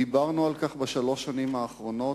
דיברנו על כך בשלוש השנים האחרונות,